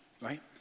right